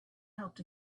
helped